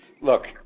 Look